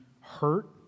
hurt